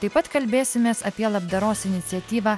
taip pat kalbėsimės apie labdaros iniciatyvą